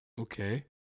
okay